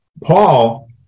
Paul